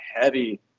heavy